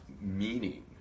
meaning